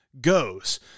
goes